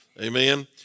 Amen